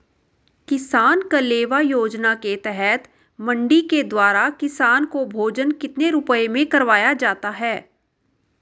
किसान कलेवा योजना के तहत मंडी के द्वारा किसान को भोजन कितने रुपए में करवाया जाता है?